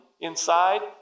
inside